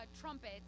trumpet